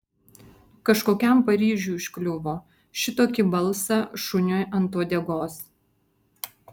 kažkokiam paryžiui užkliuvo šitokį balsą šuniui ant uodegos